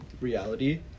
reality